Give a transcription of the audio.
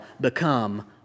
become